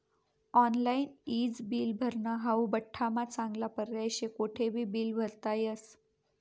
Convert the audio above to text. online ईज bill भरनं हाऊ बठ्ठास्मा चांगला पर्याय शे, कोठेबी बील भरता येस